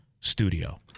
studio